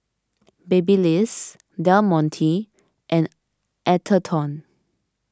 Babyliss Del Monte and Atherton